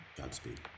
Godspeed